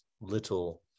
little